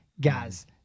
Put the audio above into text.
guys